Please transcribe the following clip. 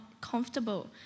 comfortable